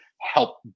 help